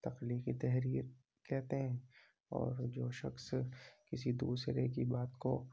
تخلیقی تحریر کہتے ہیں اور جو شخص کسی دوسرے کی بات کو